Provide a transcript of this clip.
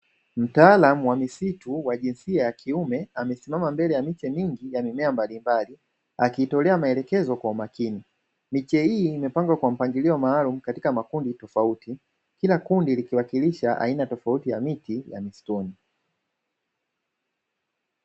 Mtaalamu wa misitu aliyevaa wa jinsia ya kiume amesimama mbele ya miche mingi ya mimea mbalimbali, akiitoa maelekezo kwa umakini. Miche hii imepangwa kwa mpangilio maalumu katika makundi tofauti, kila kundi likiwakilisha aina tofauti ya miti ya msituni.